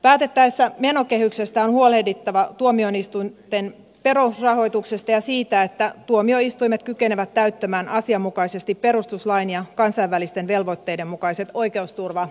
päätettäessä menokehyksestä on huolehdittava tuomioistuinten perusrahoituksesta ja siitä että tuomioistuimet kykenevät täyttämään asianmukaisesti perustuslain ja kansainvälisten velvoitteiden mukaiset oikeusturvavaatimukset